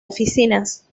oficinas